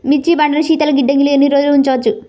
మిర్చి పంటను శీతల గిడ్డంగిలో ఎన్ని రోజులు ఉంచవచ్చు?